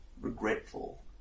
regretful